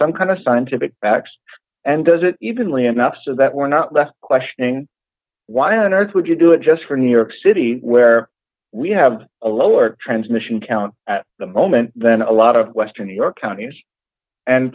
some kind of scientific facts and does it evenly enough so that we're not left questioning why donors would you do it just for new york city where we have a lower transmission count at the moment than a lot of western new york counties and